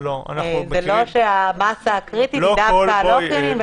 זה לא שהמסה הקריטית היא דווקא הלא-חיוניים,